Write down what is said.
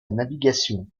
navigation